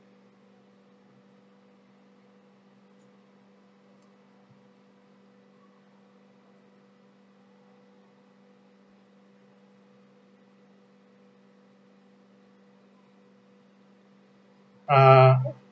err